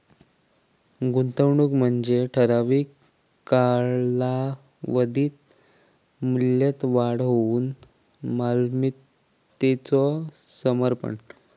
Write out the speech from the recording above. गुंतवणूक म्हणजे ठराविक कालावधीत मूल्यात वाढ होऊक मालमत्तेचो समर्पण